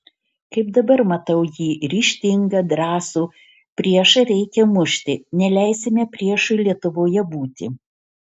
kaip dabar matau jį ryžtingą drąsų priešą reikia mušti neleisime priešui lietuvoje būti